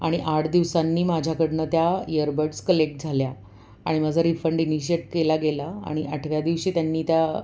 आणि आठ दिवसांनी माझ्याकडून त्या इयरबड्स कलेक्ट झाल्या आणि माझा रिफंड इनिशिएट केला गेला आणि आठव्या दिवशी त्यांनी त्या